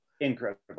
Incredible